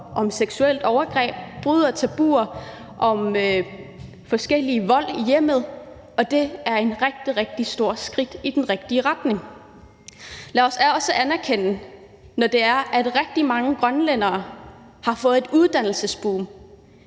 om seksuelle overgreb, bryder tabuer om forskellig vold i hjemmet, og det er et rigtig, rigtig stort skridt i den rigtige retning. Lad os også anerkende, at det er sådan, at der i Grønland er tale om et uddannelsesboom.